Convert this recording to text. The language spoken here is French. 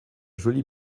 joli